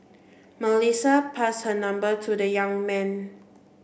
Melissa pass her number to the young man